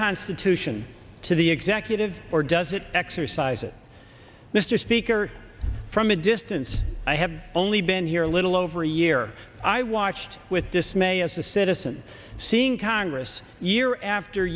constitution to the executive or does it exercise it mr speaker from a distance i have only been here a little over a year i watched with dismay as a citizen seeing congress year after